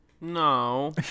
No